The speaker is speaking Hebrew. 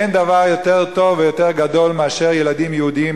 אין דבר יותר טוב ויותר גדול מאשר ילדים יהודים,